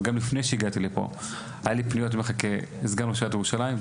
אבל גם לפני שהגעתי לפה היו פניות מחכות לסגן ראש עיריית ירושלים,